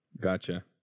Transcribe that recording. Gotcha